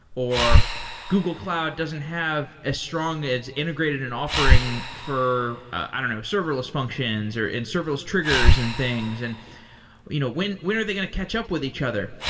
or google cloud doesn't have a strong as integrated an offering for you know serverless functions or in serverless triggers and things. and you know when when are they going to catch up with each other?